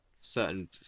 certain